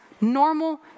normal